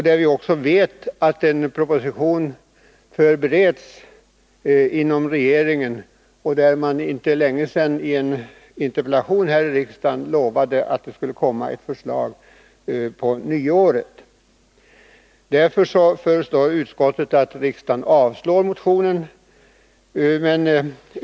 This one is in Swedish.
Vi vet också att en proposition i ärendet förbereds inom regeringen. För inte länge sedan utlovades i en interpellationsdebatt här i riksdagen att det skall komma ett förslag på det nya året. Därför föreslår utskottet att riksdagen avslår motionen.